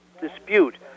dispute